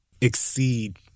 exceed